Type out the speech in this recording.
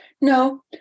No